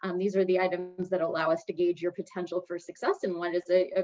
um these are the items that allow us to gauge your potential for success and what is it, ah